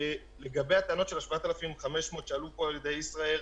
לגבי הטענות של ה-7,500 שעלו פה על ידי ישראייר,